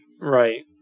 Right